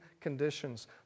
conditions